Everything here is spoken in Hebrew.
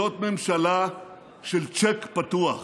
זאת ממשלה של צ'ק פתוח.